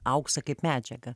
auksą kaip medžiagą